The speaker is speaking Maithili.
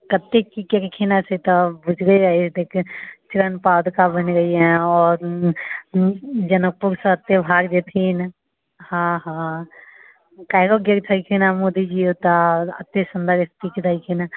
कतेक की केलखिन हँ से तऽ बुझले अइ चरण पादुका बनेलियै हँ आओर जनकपुरसँ त्यौहार जेथीन हँ हँ काल्हिओ गेल छलखिन मोदीजी ओतऽ एतेक सुन्दर स्पीच देलखिन